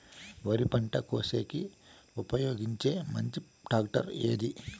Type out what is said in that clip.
వరి పంట కోసేకి ఉపయోగించే మంచి టాక్టర్ ఏది?